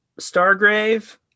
Stargrave